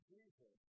Jesus